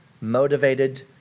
motivated